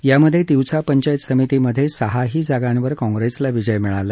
यामध्ये तिवसा पंचायत समितीमध्ये सहाही जागांवर काँग्रेसला विजय मिळाला